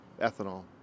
ethanol